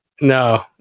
No